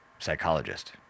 psychologist